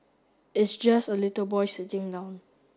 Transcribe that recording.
it's just a little boy sitting down